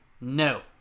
No